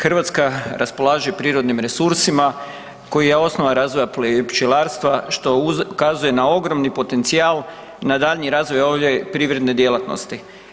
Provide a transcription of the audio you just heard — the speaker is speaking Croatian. Hrvatska raspolaže prirodnim resursima koja je osnova razvoja pčelarstva što ukazuje na ogromni potencijal na daljnji razvoj ovdje privredne djelatnosti.